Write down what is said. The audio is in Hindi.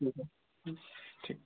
ठीक है ठीक